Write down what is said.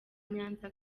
nyanza